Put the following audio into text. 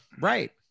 right